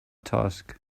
task